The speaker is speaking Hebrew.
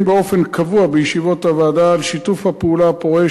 באופן קבוע בישיבות הוועדה על שיתוף הפעולה הפורה,